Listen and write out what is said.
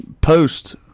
post